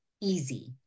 easy